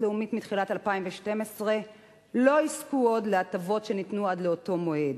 לאומית מתחילת 2012 לא יזכו עוד להטבות שניתנו עד לאותו מועד